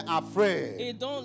afraid